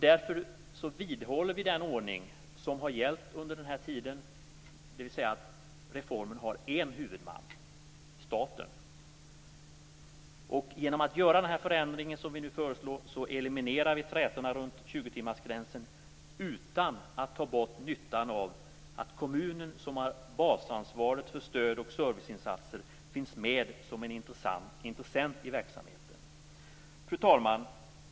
Därför vidhåller vi den ordning som har gällt under den här tiden, dvs. att reformen har en huvudman, nämligen staten. Genom att göra den förändring som vi nu föreslår elimineras riskerna för trätor om tjugotimmarsgränsen; detta utan att ta bort nyttan med att kommunen, som har basansvaret för stöd och serviceinsatser, finns med som en intressent i verksamheten. Fru talman!